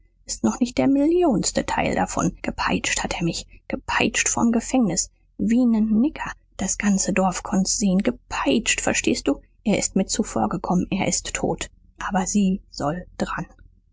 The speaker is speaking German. ist noch nicht der millionste teil davon gepeitscht hat er mich gepeitscht vorm gefängnis wie nen nigger das ganze dorf konnt's sehen gepeitscht verstehst du er ist mir zuvorgekommen er ist tot aber sie soll dran